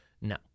No